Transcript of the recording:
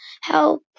help